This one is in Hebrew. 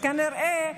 כנראה,